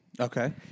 Okay